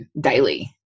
daily